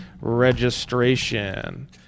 registration